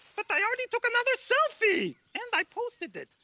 but i already took another selfie. and i posted it.